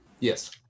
Yes